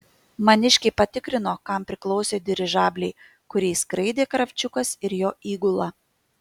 maniškiai patikrino kam priklausė dirižabliai kuriais skraidė kravčiukas ir jo įgula